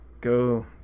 go